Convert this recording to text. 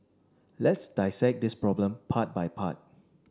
let's dissect this problem part by part